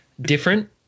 different